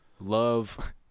Love